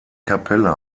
kapelle